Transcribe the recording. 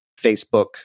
Facebook